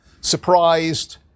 surprised